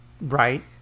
Right